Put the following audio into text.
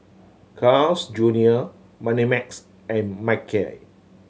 Carl's Junior Moneymax and Mackay